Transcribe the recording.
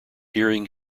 hearing